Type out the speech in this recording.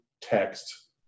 text